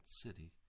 city